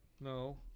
No